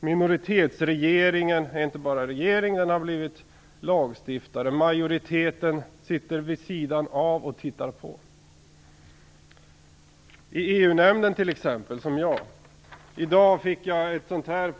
Minoritetsregeringen är inte bara regering; den har blivit lagstiftare. Majoriteten sitter vid sidan om och tittar på. Ta t.ex. EU-nämnden, där jag sitter.